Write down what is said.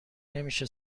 نمیشه